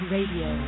Radio